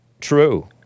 true